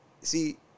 See